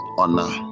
honor